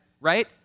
right